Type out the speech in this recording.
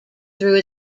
through